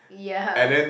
ya